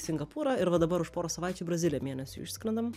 singapūrą ir va dabar už poros savaičių į braziliją mėnesiui išskrendam